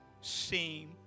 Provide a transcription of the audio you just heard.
seem